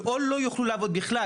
או לא יוכלו לעבוד בכלל,